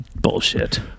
bullshit